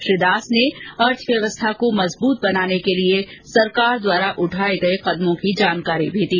श्री दास ने अर्थव्यवस्था को मजबूत बनाने के लिए सरकार द्वारा उठाये गये कदमों की जानकारी भी दी